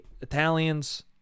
Italians